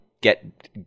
get